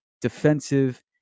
defensive